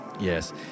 yes